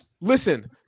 listen